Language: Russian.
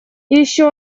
еще